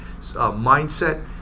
mindset